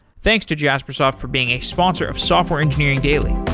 thanks to jaspersoft from being a sponsor of software engineering daily.